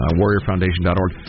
warriorfoundation.org